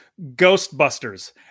Ghostbusters